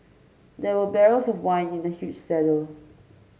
there were barrels of wine in the huge cellar